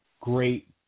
great